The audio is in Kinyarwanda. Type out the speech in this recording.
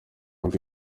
bwe